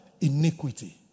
Iniquity